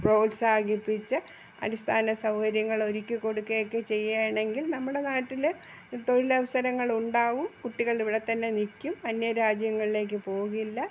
പ്രോത്സാഹിപ്പിച്ച് അടിസ്ഥാന സൗകര്യങ്ങൾ ഒരുക്കി കൊടുക്കുകയൊക്കെ ചെയ്യുകയാണെങ്കിൽ നമ്മുടെ നാട്ടിൽ തൊഴിൽ അവസരങ്ങളുണ്ടാവും കുട്ടികൾ ഇവിടെത്തന്നെ നിൽക്കും അന്യരാജ്യങ്ങളിലേക്ക് പോകില്ല